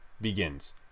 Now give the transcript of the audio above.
begins